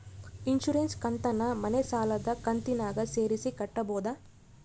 Insurance ಕಂತನ್ನ ಮನೆ ಸಾಲದ ಕಂತಿನಾಗ ಸೇರಿಸಿ ಕಟ್ಟಬೋದ?